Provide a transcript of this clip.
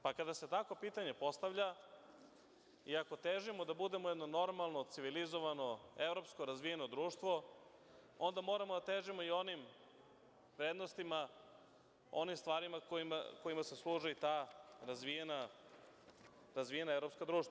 Pa, kada se tako pitanje postavlja i ako težimo da budemo jedno normalno, civilizovano, evropsko razvijeno društvo, onda moramo da težimo i onim vrednostima, onim stvarima kojima se služe ta razvijena evropska društva.